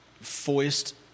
foist